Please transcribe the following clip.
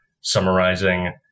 summarizing